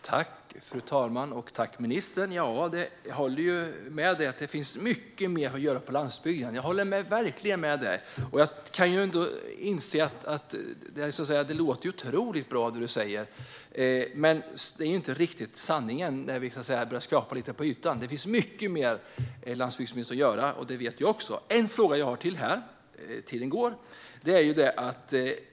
Fru talman! Jag tackar ministern för detta. Jag håller verkligen med ministern om att det finns mycket mer att göra på landsbygden. Det som du säger, Sven-Erik Bucht, låter otroligt bra. Men det är inte riktigt sanningen när vi börjar skrapa lite grann på ytan. Det finns mycket att göra, och det vet jag också. Jag har ytterligare en fråga.